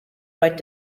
right